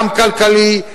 גם כלכלי,